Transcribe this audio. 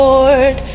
Lord